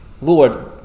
Lord